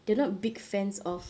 they are not big fans of